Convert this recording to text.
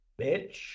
bitch